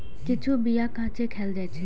किछु बीया कांचे खाएल जाइ छै